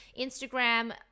Instagram